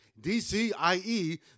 DCIE